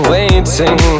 Waiting